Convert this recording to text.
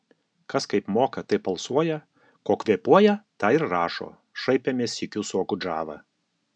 kas kaip moka taip alsuoja kuo kvėpuoja tą ir rašo šaipėmės sykiu su okudžava